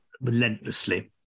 relentlessly